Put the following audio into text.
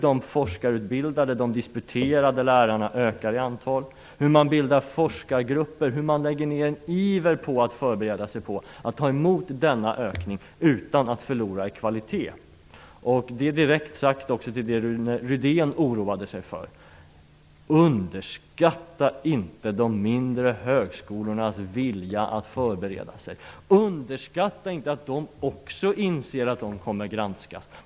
De forskarutbildade och disputerade lärarna ökar i antal. Man bildar forskargrupper. Man lägger ned en iver på att förbereda sig för att ta emot denna ökning utan att man förlorar någonting vad gäller kvaliteten. Detta säger jag också direkt till Rune Rydén som oroade sig. Underskatta inte de mindre högskolornas vilja att förbereda sig! Också de inser att de kommer att granskas.